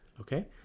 Okay